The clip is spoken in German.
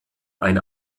ein